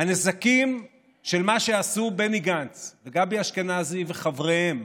הנזקים של מה שעשו בני גנץ וגבי אשכנזי וחבריהם,